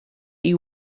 you